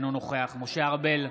אינו נוכח משה ארבל,